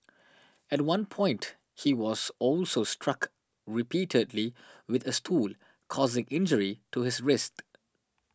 at one point he was also struck repeatedly with a stool causing injury to his wrist